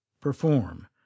perform